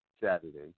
Saturday